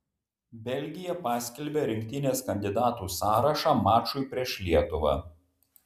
belgija paskelbė rinktinės kandidatų sąrašą mačui prieš lietuvą